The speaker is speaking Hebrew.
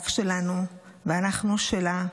רק שלנו, ואנחנו שלה,